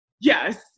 Yes